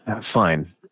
Fine